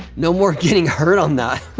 no more getting hurt on that.